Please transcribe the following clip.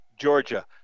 Georgia